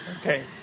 Okay